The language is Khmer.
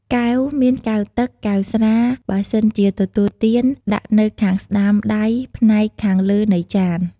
កែវ មានកែវទឹក កែវស្រា បើសិនជាទទួលទាន ដាក់នៅខាងស្ដាំដៃផ្នែកខាងលើនៃចាន។